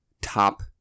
top